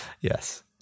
Yes